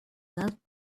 not